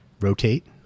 rotate